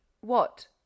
What